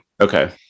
okay